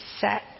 set